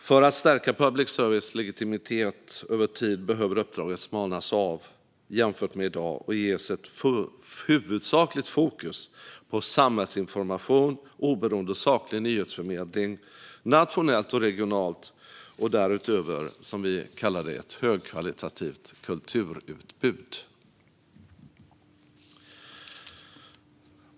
För att stärka public services legitimitet över tid menar vi att uppdraget behöver smalnas av jämfört med i dag och ges ett huvudsakligt fokus på samhällsinformation, oberoende och saklig nyhetsförmedling nationellt och regionalt och därutöver, som vi kallar det, ett högkvalitativt kulturutbud.